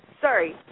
Sorry